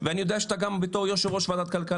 הוא יצא מיידית בקריאה ראשונה.